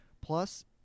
Plus